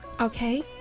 Okay